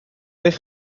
eich